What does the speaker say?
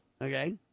Okay